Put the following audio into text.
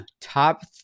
top